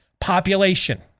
population